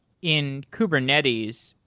in kubernetes,